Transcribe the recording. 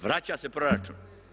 Vraća se proračun.